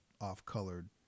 off-colored